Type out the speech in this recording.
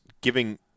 giving